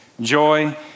joy